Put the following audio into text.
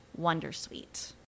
Wondersuite